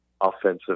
offensive